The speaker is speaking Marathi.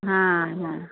हां हां